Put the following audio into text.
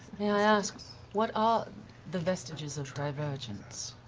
i ask, what are the vestiges of divergence?